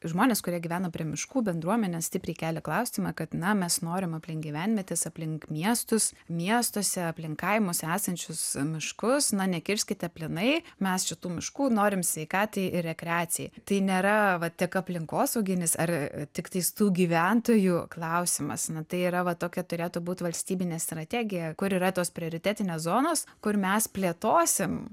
žmonės kurie gyvena prie miškų bendruomenės stipriai kelia klausimą kad na mes norim aplink gyvenvietes aplink miestus miestuose aplink kaimus esančius miškus na nekirskite plynai mes šitų miškų norim sveikatai ir rekreacijai tai nėra va tik aplinkosauginis ar tiktais tų gyventojų klausimas na tai yra va tokia turėtų būt valstybinė strategija kur yra tos prioritetinės zonos kur mes plėtosim